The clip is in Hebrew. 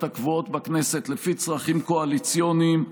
הקבועות בכנסת לפי צרכים קואליציוניים,